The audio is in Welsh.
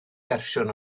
fersiwn